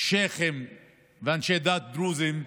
שייח'ים ואנשי דת דרוזים,